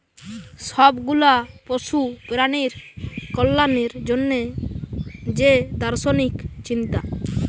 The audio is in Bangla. সব গুলা পশু প্রাণীর কল্যাণের জন্যে যে দার্শনিক চিন্তা